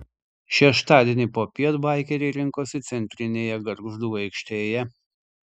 šeštadienį popiet baikeriai rinkosi centrinėje gargždų aikštėje